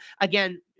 again